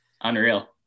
unreal